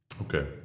Okay